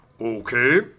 Okay